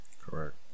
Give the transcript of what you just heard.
Correct